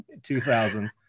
2000